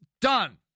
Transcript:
done